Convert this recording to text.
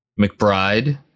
McBride